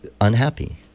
unhappy